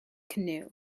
canoe